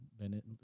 Bennett